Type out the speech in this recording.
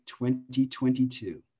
2022